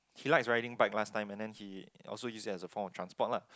he likes riding bike last time and then he also use it as a form of transport lah